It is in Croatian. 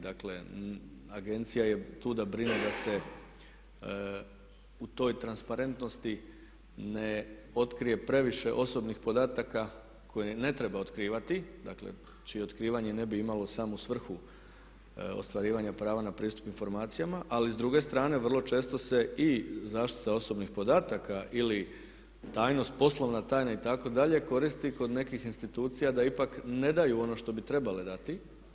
Dakle, agencija je tu da brine da se u toj transparentnosti ne otkrije previše osobnih podataka koje ne treba otkrivati, dakle čije otkrivanje ne bi imalo samu svrhu ostvarivanja prava na pristup informacijama, ali s druge strane vrlo često se i zaštita osobnih podataka ili tajnost, poslovna tajna itd. koristi kod nekih institucija da ipak ne daju ono što bi trebale dati.